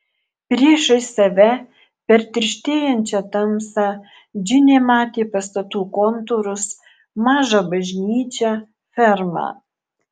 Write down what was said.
priešais save per tirštėjančią tamsą džinė matė pastatų kontūrus mažą bažnyčią fermą